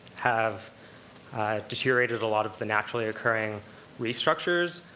have deteriorated a lot of the naturally-occurring reef structures,